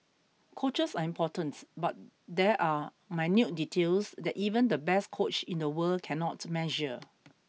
coaches are important but there are minute details that even the best coach in the world cannot measure